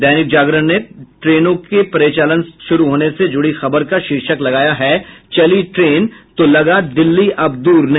दैनिक जागरण ने ट्रेनों के परिचालन शुरू होने से जुड़ी खबर का शीर्षक लगाया है चली ट्रेन तो लगा दिल्ली अब दूर नहीं